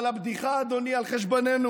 אבל הבדיחה, אדוני, היא על חשבוננו,